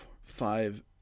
five